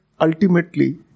ultimately